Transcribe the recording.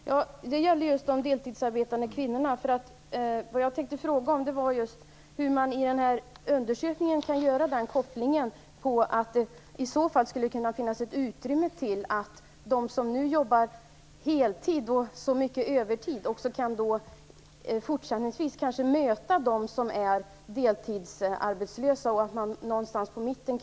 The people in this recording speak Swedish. Herr talman! Det gällde just de deltidsarbetande kvinnorna. Vad jag tänkte fråga om var just hur man i denna undersökning kan göra den kopplingen. I så fall skulle det kunna finnas ett utrymme för dem som nu jobbar heltid och mycket övertid att fortsättningsvis möta dem som är deltidsarbetslösa någonstans på mitten.